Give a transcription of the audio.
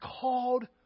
called